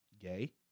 gay